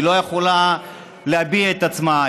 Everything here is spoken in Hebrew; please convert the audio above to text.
היא לא יכולה להביע את עצמה,